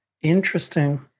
interesting